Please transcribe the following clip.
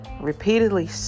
repeatedly